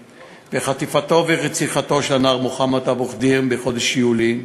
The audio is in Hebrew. וחטיפתו ורציחתו של הנער מוחמד אבו ח'דיר בחודש יולי,